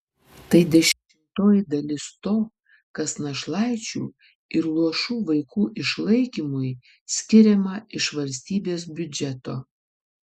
tai dešimtoji dalis to kas našlaičių ir luošų vaikų išlaikymui skiriama iš valstybės biudžeto